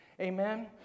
Amen